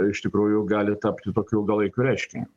iš tikrųjų gali tapti tokiu ilgalaikiu reiškiniu